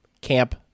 camp –